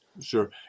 Sure